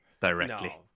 directly